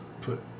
put